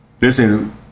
Listen